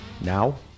now